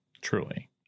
Truly